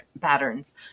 patterns